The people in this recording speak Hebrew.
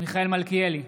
מיכאל מלכיאלי,